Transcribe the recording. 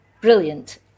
brilliant